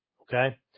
Okay